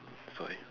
that's why